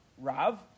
Rav